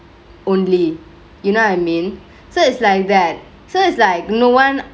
only you know what I mean so it's like that it's like no one